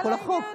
לא כל החוק.